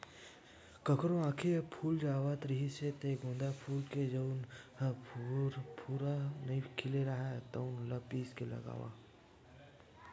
कखरो आँखी ह फूल जावत रिहिस हे त गोंदा फूल जउन ह पूरा नइ खिले राहय तउन ल पीस के लगावय